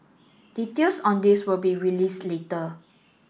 details on this will be released later